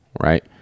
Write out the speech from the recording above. right